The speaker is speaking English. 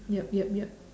yup yup yup